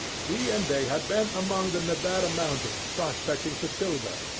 he and they had been among the nevada mountains prospecting for silver,